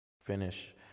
finish